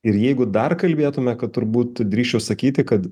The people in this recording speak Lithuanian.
ir jeigu dar kalbėtume kad turbūt drįsčiau sakyti kad